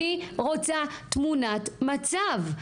אני רוצה תמונת מצב,